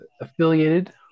affiliated